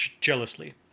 jealously